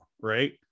right